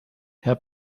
herr